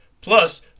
plus